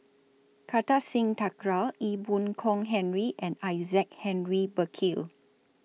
Kartar Singh Thakral Ee Boon Kong Henry and Isaac Henry Burkill